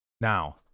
now